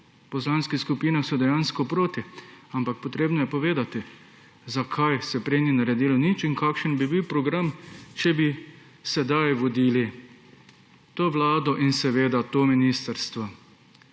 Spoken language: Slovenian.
poslanskih skupinah so dejansko proti, ampak potrebno je povedati, zakaj se prej ni naredilo nič in kakšen bi bil program, če bi sedaj vodili to vlado in to ministrstvo.